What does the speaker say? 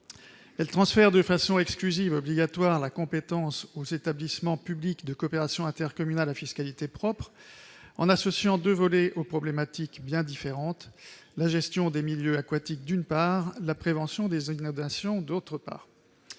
Elle transfère de façon exclusive et obligatoire la compétence aux établissements publics de coopération intercommunale à fiscalité propre, en associant deux volets aux problématiques bien différentes : la gestion des milieux aquatiques d'une part, la prévention des inondations d'autre part.